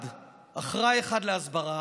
אחד, אחראי אחד להסברה,